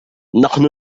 نحن